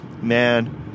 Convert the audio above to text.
Man